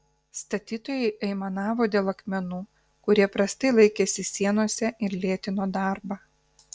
statytojai aimanavo dėl akmenų kurie prastai laikėsi sienose ir lėtino darbą